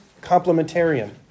complementarian